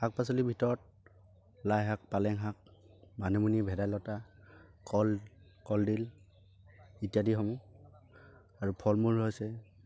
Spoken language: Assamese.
শাক পাচলিৰ ভিতৰত লাই শাক পালেং শাক মানিমুনি ভেদাইলতা কল কলডিল ইত্যাদিসমূহ আৰু ফল মূলো আছে